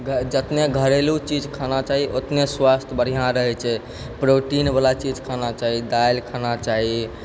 जतने घरेलू चीज खाना चाही ओतने स्वास्थ बढ़िआँ रहै छै प्रोटीनवला चीज खाना चाही दालि खाना चाही